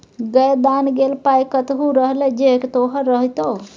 गै दान देल पाय कतहु रहलै जे तोहर रहितौ